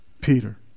Peter